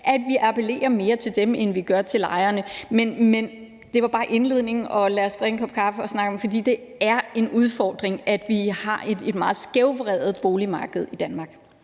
at vi appellerer mere til dem, end vi gør til lejerne. Men det var bare indledningen, og lad os drikke en kop kaffe og snakke om det. For det er en udfordring, at vi har et meget skævvredet boligmarked i Danmark.